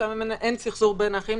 שם אין סכסוך בין אחים,